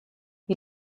wie